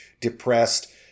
depressed